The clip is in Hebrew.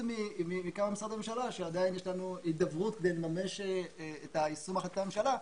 מכמה משרדי ממשלה שעדיין יש לנו הידברות לממש את יישום החלטת הממשלה,